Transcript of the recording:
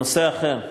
נושא אחר,